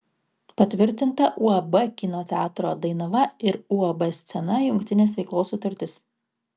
patvirtinta uab kino teatro dainava ir uab scena jungtinės veiklos sutartis